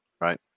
right